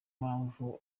mpamvu